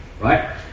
right